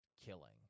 killing